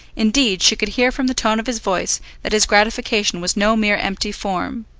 indeed, she could hear from the tone of his voice that his gratification was no mere empty form.